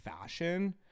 fashion